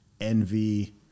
Envy